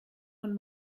von